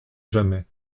jamais